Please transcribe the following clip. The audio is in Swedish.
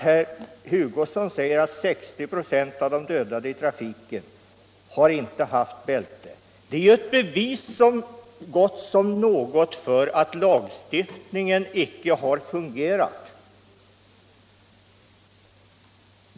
Herr Hugosson säger att 60 926 av dem som dödats i trafiken inte har haft bälte. Det är ju ett bevis så gott som något för att lagstiftningen inte har fungerat.